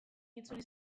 itzuli